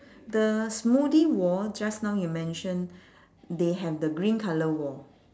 the smoothie wall just now you mention they have the green colour wall